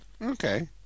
Okay